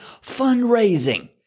fundraising